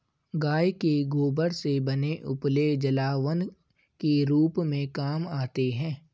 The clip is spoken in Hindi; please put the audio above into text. गाय के गोबर से बने उपले जलावन के रूप में काम आते हैं